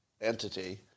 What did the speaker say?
entity